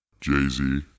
Jay-Z